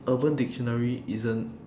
urban dictionary isn't